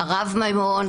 הרב מימון,